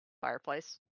fireplace